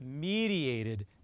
mediated